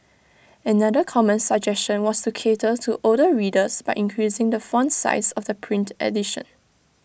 another common suggestion was to cater to older readers by increasing the font size of the print edition